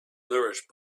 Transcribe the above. nourished